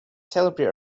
celebrate